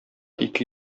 ике